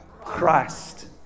Christ